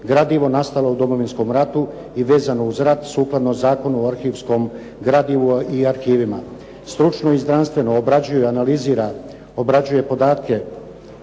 gradivo nastalo u Domovinskom ratu i vezano uz rat sukladno Zakonu o arhivskom gradivu i arhivima. Stručno i znanstveno obrađuje i analizira, obrađuje podatke